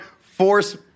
force